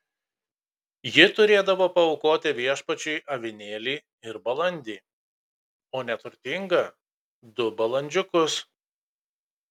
ji turėdavo paaukoti viešpačiui avinėlį ir balandį o neturtinga du balandžiukus